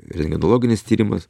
rentgenologinis tyrimas